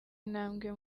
intambwe